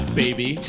baby